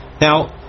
now